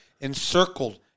encircled